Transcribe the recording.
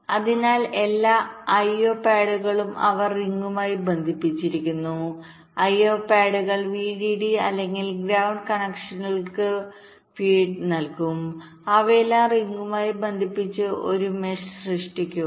അതിനാൽ എല്ലാ I O പാഡുകളും അവർ റിംഗുമായി ബന്ധിപ്പിച്ചിരിക്കുന്നു I O പാഡുകൾ VDD അല്ലെങ്കിൽ ഗ്രൌണ്ട് കണക്ഷനുകൾക്ക് ഭക്ഷണം നൽകും അവയെല്ലാം റിംഗുമായി ബന്ധിപ്പിച്ച് ഒരു മെഷ് സൃഷ്ടിക്കുക